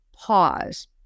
pause